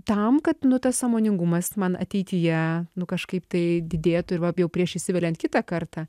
tam kad nu tas sąmoningumas man ateityje nu kažkaip tai didėtų ir va jau prieš įsiveliant kitą kartą